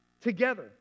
together